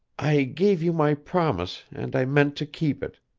i gave you my promise and i meant to keep it.